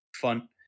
fun